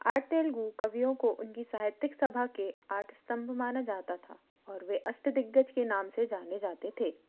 आठ तेलुगु कवियों को उनकी साहित्यिक सभा के आठ स्तंभ माना जाता था और वे अष्टदिग्गज के नाम से जाने जाते थे